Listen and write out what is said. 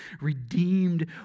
redeemed